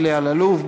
אלי אלאלוף,